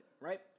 right